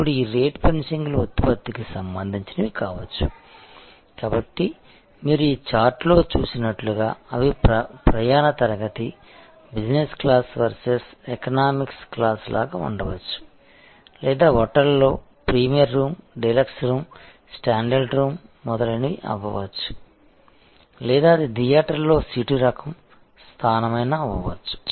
ఇప్పుడు ఈ rate fencing లు ఉత్పత్తికి సంబంధించినవి కావచ్చు కాబట్టి మీరు ఈ చార్టులో చూసినట్లుగా అవి ప్రయాణ తరగతి business class versus economic class లాగా ఉండవచ్చు లేదా హోటల్లో premier room deluxe room standard room మొదలైనవి అవ్వవచ్చు లేదా అది థియేటర్లో సీటు రకం స్థానమైనా అవ్వవచ్చు